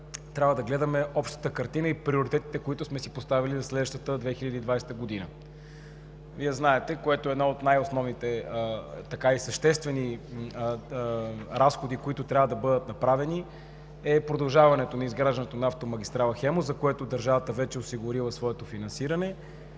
трябва да гледаме общата картина и приоритетите, които сме си поставили за следващата 2020 г. Вие знаете, един от най-основните и съществени разходи, които трябва да бъдат направени, е продължаването на изграждането на автомагистрала „Хемус“, за което държавата вече е осигурила своето финансиране.